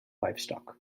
livestock